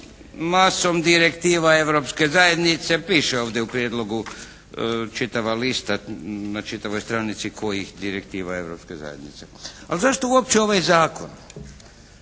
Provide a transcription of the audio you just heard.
masom direktiva Europske zajednice piše ovdje u prijedlogu čitava lista na čitavoj stranici kojih direktiva Europske zajednice. Ali zašto uopće ovaj zakon?